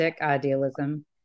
idealism